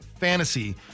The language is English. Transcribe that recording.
fantasy